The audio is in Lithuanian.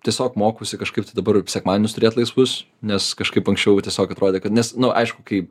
tiesiog mokausi kažkaip dabar sekmadienius turėt laisvus nes kažkaip anksčiau tiesiog atrodė kad nes nu aišku kai